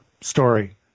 story